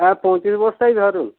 হ্যাঁ পঁয়ত্রিশ বস্তাই ধরুন